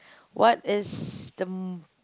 what is the